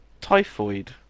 typhoid